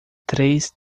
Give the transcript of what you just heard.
três